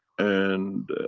and.